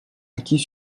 acquis